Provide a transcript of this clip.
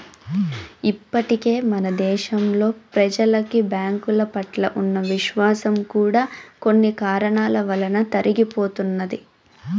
ఇప్పటికే మన దేశంలో ప్రెజలకి బ్యాంకుల పట్ల ఉన్న విశ్వాసం కూడా కొన్ని కారణాల వలన తరిగిపోతున్నది